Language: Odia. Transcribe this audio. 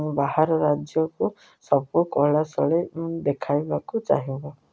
ବାହାର ରାଜ୍ୟକୁ ସବୁ କଳା ଶୈଳୀ ଦେଖାଇବାକୁ ଚାହିଁବୁ